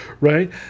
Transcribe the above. Right